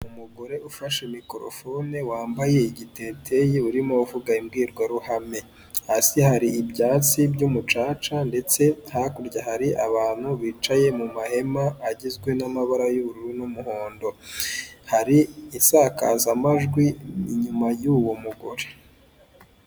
Umugore ufashe mikorofone wambaye igiteteyi urimo avuga imbwirwaruhame, hasi hari ibyatsi iby'umucaca ndetse hakurya hari abantu bicaye mu mahema agizwe n'amabara y'ubururu n'umuhondo, hari isakazamajwi inyuma y'uwo mugore.